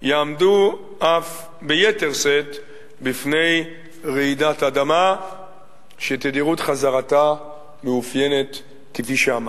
יעמדו אף ביתר שאת בפני רעידת אדמה שתדירות חזרתה מאופיינת כפי שאמרתי.